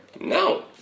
No